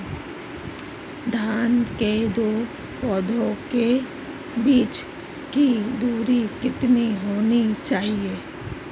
धान के दो पौधों के बीच की दूरी कितनी होनी चाहिए?